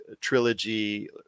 trilogy